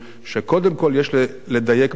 שקודם כול יש לדייק בעובדות.